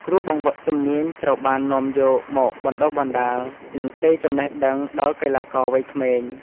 គ្រូបង្វឹកជំនាញត្រូវបាននាំយកមកបណ្តុះបណ្តាល និងផ្ទេរចំណេះដឹងដល់កីឡាករវ័យក្មេង។